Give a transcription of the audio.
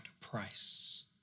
price